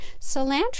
Cilantro